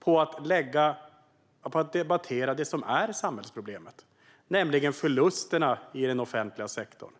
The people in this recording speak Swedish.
på att debattera det som är samhällsproblemet, nämligen förlusterna i den offentliga sektorn.